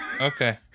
Okay